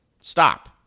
Stop